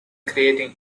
creating